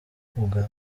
uganda